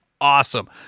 awesome